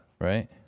Right